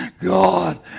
God